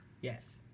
Yes